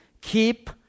keep